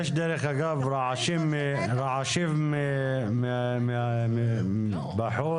יש רעשים מבחוץ.